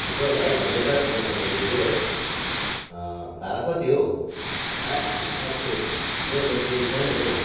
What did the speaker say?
हुन्छ भाइ धन्यवाद यहाँसम्म ल्याइदेऊ है भाडा कति हौ ला एक सौ मेरो त चेन्ज छैन त हौ